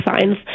signs